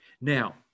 Now